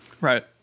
Right